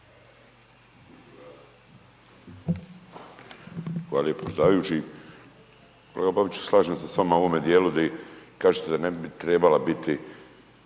Hvala lijepo, pa evo